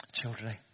Children